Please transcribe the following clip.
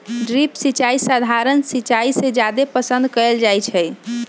drip सिंचाई सधारण सिंचाई से जादे पसंद कएल जाई छई